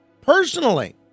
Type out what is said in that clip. personally